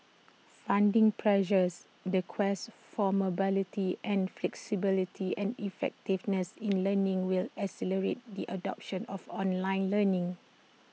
funding pressures the quest for mobility and flexibility and effectiveness in learning will accelerate the adoption of online learning